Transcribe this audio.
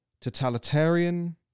totalitarian